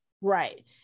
right